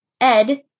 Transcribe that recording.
Ed